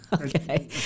Okay